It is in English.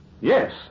Yes